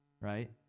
right